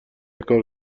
کار